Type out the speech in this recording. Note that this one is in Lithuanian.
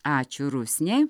ačiū rusnei